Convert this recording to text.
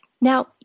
Now